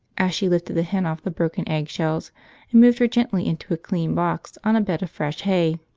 as she lifted the hen off the broken egg-shells and moved her gently into a clean box, on a bed of fresh hay.